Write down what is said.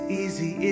easy